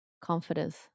confidence